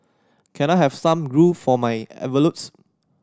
can I have some glue for my envelopes